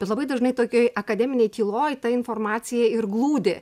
bet labai dažnai tokioj akademinėj tyloj ta informacija ir glūdi